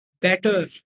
better